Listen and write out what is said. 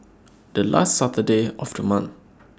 The last Saturday of The month